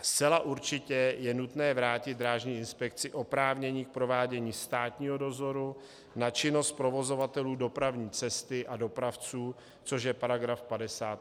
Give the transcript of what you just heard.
Zcela určitě je nutné vrátit drážní inspekci oprávnění k provádění státního dozoru na činnost provozovatelů dopravní cesty a dopravců, což je § 58.